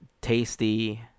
tasty